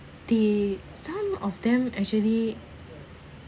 they some of them actually